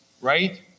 Right